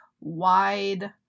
wide